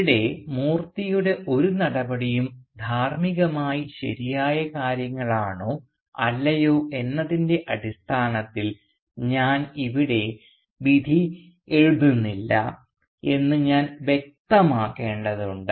ഇവിടെ മൂർത്തിയുടെ ഒരു നടപടിയും ധാർമ്മികമായി ശരിയായ കാര്യങ്ങളാണോ അല്ലയോ എന്നതിൻറെ അടിസ്ഥാനത്തിൽ ഞാൻ ഇവിടെ വിധി എഴുതുന്നില്ല എന്ന് ഞാൻ വ്യക്തമാക്കേണ്ടതുണ്ട്